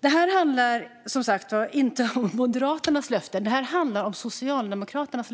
Det här handlar som sagt inte om Moderaternas löften utan om Socialdemokraternas.